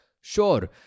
Sure